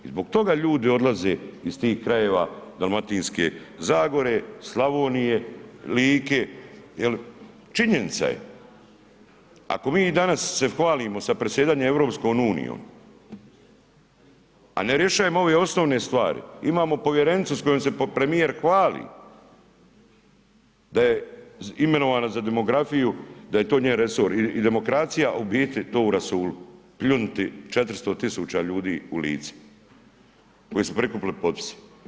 I zbog toga ljudi odlaze iz tih krajeva Dalmatinske zagore, Slavonije, Like jel činjenica ako mi se danas hvalimo sa predsjedanjem EU, a ne rješavamo ove osnovne stvari, imamo povjerenicu s kojom se premijer hvali da je imenovana za demografiju da je to njen resor i demokracija … to u rasulu, pljunuti 400.000 ljudi u lice koji su prikupili potpise.